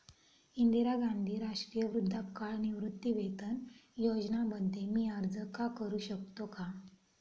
इंदिरा गांधी राष्ट्रीय वृद्धापकाळ निवृत्तीवेतन योजना मध्ये मी अर्ज का करू शकतो का?